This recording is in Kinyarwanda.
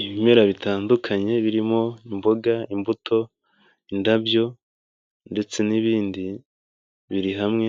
Ibimera bitandukanye birimo: imboga, imbuto, indabyo ndetse n'ibindi, biri hamwe,